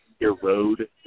erode